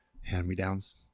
hand-me-downs